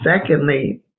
secondly